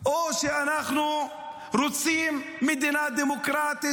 או שאנחנו רוצים מדינה דמוקרטית,